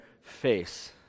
face